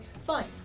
fine